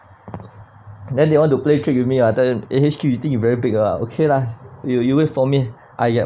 then they want to play trick with me I tell him eh H_Q you think you very big lah okay lah you you wait for me I get